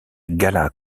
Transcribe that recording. gala